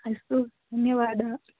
अस्तु धन्यवाद